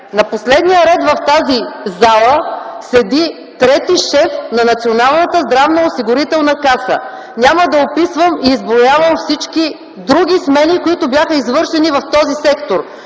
на последния ред в тази зала седи трети шеф на Националната здравноосигурителна каса. Няма да описвам и изброявам всички други смени, които бяха извършени в този сектор,